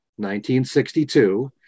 1962